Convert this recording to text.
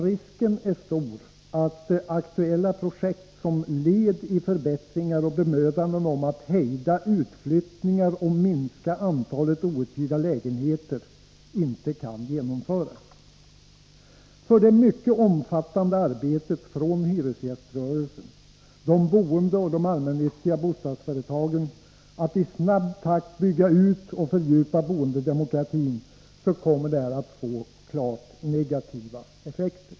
Risken är stor att aktuella projekt som led i förbättringar och i bemödanden om att hejda utflyttningar och minska antalet outhyrda lägenheter inte kan genomföras. För det mycket omfattande arbete som görs av hyresgäströrelsen, de boende och de allmännyttiga bostadsföretagen för att i snabb takt bygga ut och fördjupa boendedemokratin kommer det att få klart negativa effekter.